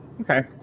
Okay